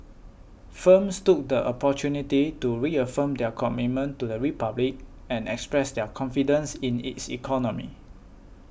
firms took the opportunity to reaffirm their commitment to the Republic and express their confidence in its economy